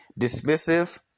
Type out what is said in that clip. Dismissive